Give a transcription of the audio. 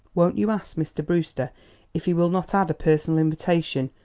won't you ask mr. brewster if he will not add a personal invitation?